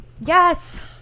Yes